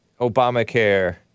Obamacare